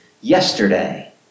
yesterday